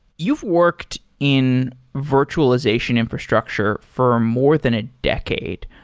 you've worked in virtualization infrastructure for more than a decade.